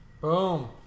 Boom